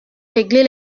régler